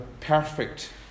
perfect